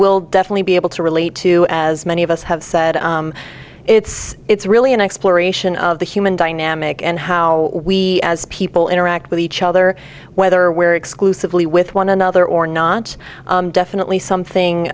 will definitely be able to relate to as many of us have said it's it's really an exploration of the human dynamic and how we as people interact with each other whether we're exclusively with one another or not definitely something